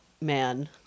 man